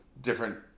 different